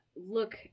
look